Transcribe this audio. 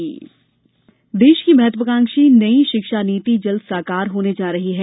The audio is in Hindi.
नई शिक्षा नीति देश की महत्वाकांक्षी नई शिक्षा नीति जल्द साकार होने जा रही है